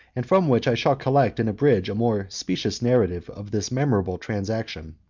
and from which i shall collect and abridge a more specious narrative of this memorable transaction.